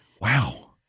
Wow